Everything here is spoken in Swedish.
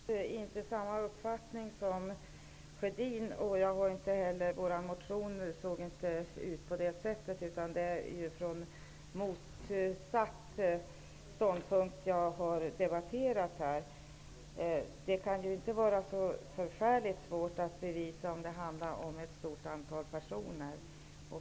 Herr talman! Jag har naturligtvis inte samma uppfattning som Sjödin, och inte heller i vår motion redovisas sådan uppfattning, utan jag har debatterat utifrån motsatt ståndpunkt. Det kan inte vara så förfärligt svårt att bevisa om det handlar om ett stort antal personer.